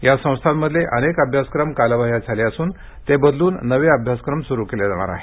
या संस्थांमधले अनेक अभ्यासक्रम कालबाह्य झाले असून ते बदलून नवे अभ्यासक्रम सुरु केले जाणार आहेत